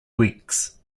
weeks